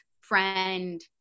friend